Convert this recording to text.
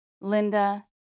linda